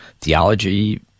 theology